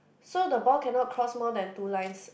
so the ball cannot cross more than two lines